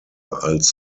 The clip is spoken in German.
als